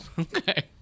Okay